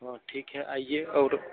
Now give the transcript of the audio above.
हाँ ठीक है आइए और